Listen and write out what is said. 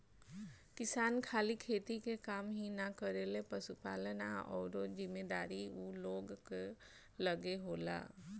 किसान खाली खेती के काम ही ना करेलें, पशुपालन आ अउरो जिम्मेदारी ऊ लोग कअ लगे होला